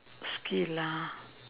skill ah